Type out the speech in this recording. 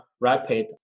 rapid